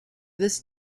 this